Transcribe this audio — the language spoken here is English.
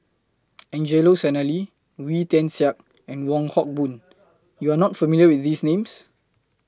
Angelo Sanelli Wee Tian Siak and Wong Hock Boon YOU Are not familiar with These Names